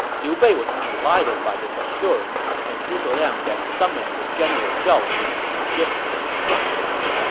liu bei was delighted by this assurance, and zhuge liang then summoned the general zhao yun to give him instructions